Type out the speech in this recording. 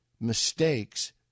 mistakes